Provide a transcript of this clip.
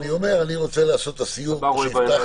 אני רוצה לעשות את הסיור כמו שהבטחנו.